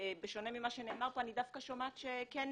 ובשונה ממה שנאמר פה אני דווקא שומעת שכן